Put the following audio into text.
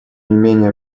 менее